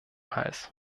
hals